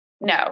no